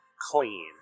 clean